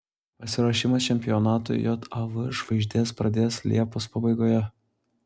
pasiruošimą čempionatui jav žvaigždės pradės liepos pabaigoje